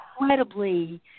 incredibly